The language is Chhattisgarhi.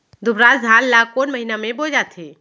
दुबराज धान ला कोन महीना में बोये जाथे?